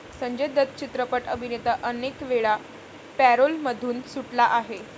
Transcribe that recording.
संजय दत्त चित्रपट अभिनेता अनेकवेळा पॅरोलमधून सुटला आहे